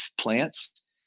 plants